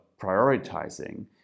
prioritizing